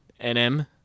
NM